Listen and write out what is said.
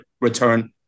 return